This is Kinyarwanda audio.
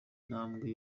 ntambwe